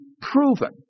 proven